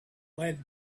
lead